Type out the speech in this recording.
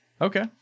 Okay